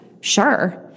Sure